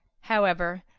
however,